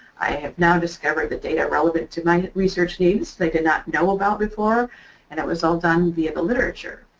i have now discovered the data relevant to my research needs that i did not know about before and it was all done via the literature.